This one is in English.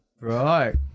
Right